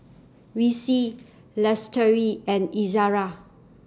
Rizqi Lestari and Izara